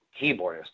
keyboardist